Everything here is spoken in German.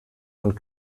und